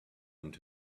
into